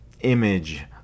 image